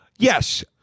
Yes